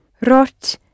Rot